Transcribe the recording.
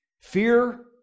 Fear